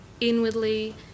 inwardly